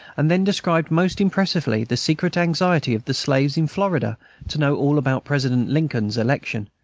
and then described most impressively the secret anxiety of the slaves in florida to know all about president lincoln's election,